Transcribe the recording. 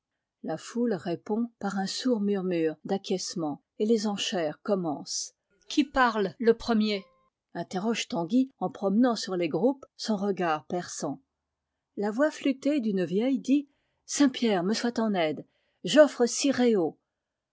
la foule répond par un sourd murmure d'acquiescement et les enchères commencent qui parle le premier interroge tanguy en promenant sur les groupes son regard perçant la voix flûtée d'une vieille dit saint pierre me soit en aide j'offre six